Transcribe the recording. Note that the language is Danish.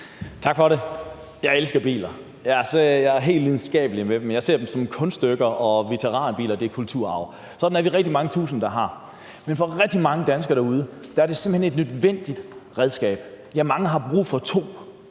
Tak for det. Jeg elsker biler, og jeg er helt lidenskabelig med dem. Jeg ser dem som kunstværker, og jeg synes, at veteranbiler er kulturarv. Sådan er vi rigtig mange tusinde, der har det. Men for rigtig mange danskere derude er det simpelt hen et nødvendigt redskab, og mange har brug for to.